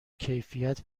کیفیت